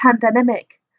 Pandemic